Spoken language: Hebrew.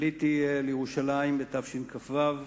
עליתי לירושלים בתשכ"ו,